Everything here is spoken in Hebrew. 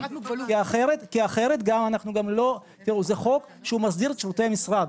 זה חוק שמסדיר את שירותי המשרד.